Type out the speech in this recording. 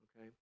Okay